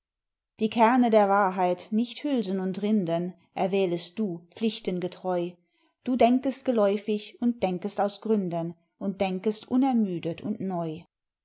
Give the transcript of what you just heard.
die kerne der wahrheit nicht hülsen und rinden erwählest du pflichten getreu du denkest geläufig und denkest aus gründen und denkest unermüdet und neu